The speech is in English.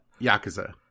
Yakuza